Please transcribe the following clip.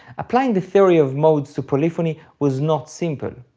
applying the theory of modes to polyphony was not simple,